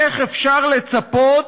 איך אפשר לצפות